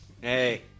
Hey